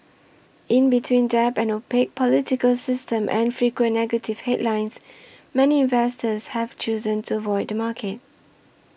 in between debt an opaque political system and frequent negative headlines many investors have chosen to avoid the market